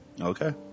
Okay